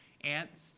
ants